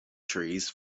trees